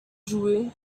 jouer